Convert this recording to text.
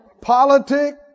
politics